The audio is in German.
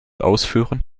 ausführen